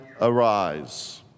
arise